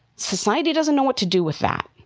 society doesn't know what to do with that.